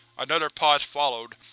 another pause followed.